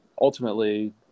ultimately